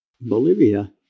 Bolivia